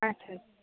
আচ্ছা